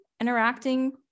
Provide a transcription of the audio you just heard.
interacting